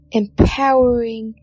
empowering